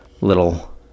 little